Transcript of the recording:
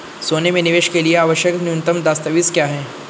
सोने में निवेश के लिए आवश्यक न्यूनतम दस्तावेज़ क्या हैं?